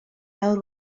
awr